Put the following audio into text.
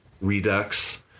redux